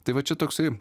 tai va čia toksai